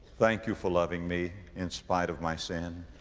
thank you for loving me in spite of my sin.